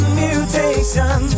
mutation